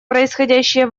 происходящие